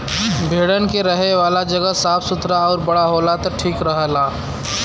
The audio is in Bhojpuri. भेड़न के रहे वाला जगह साफ़ सुथरा आउर बड़ा होला त ठीक रहला